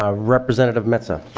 ah representative metsa